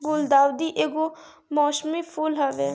गुलदाउदी एगो मौसमी फूल हवे